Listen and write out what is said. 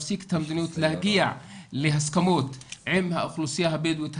להגיע להסכמות עם האוכלוסייה הבדואית.